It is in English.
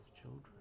children